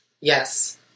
Yes